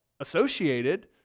associated